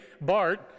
Bart